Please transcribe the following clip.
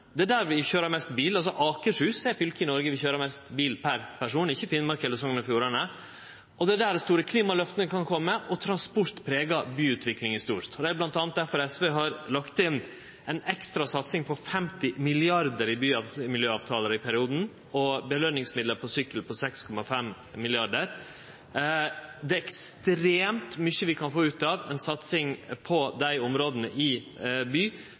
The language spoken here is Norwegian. Det er der vi køyrer mest bil, Akershus er det fylket i Noreg vi køyrer mest bil per person, ikkje Finnmark eller Sogn og Fjordane. Det er der dei store klimaløfta kan kome, og transport pregar byutviklinga stort. Det er bl.a. difor SV har lagt inn ei ekstra satsing på 50 mrd. kr i bymiljøavtaler i perioden, og belønningsmidlar til sykkel på 6,5 mrd. kr. Det er ekstremt mykje vi kan få ut av ei satsing på dei områda i by